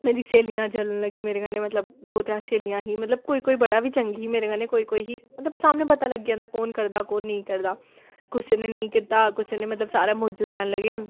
मेरी स्हेलियां जलन लगी मेरे कन्नै मतलब दो त्रै स्हेलियां हियां मतलब कोई कोई बड़ा बी चंगा ही मेरे कन्नै कोई कोई ही मतलब सामनै पता लग्गी जंदा कौन करदा कौन नेईं करदा कुसै ने नेईं कीता कुसै ने मतलब सारा मौजू लैन लगे